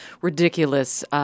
ridiculous